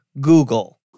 Google